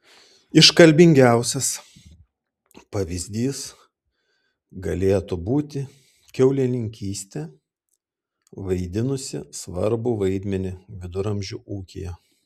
iškalbingiausias pavyzdys galėtų būti kiaulininkystė vaidinusi svarbų vaidmenį viduramžių ūkyje